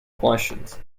questions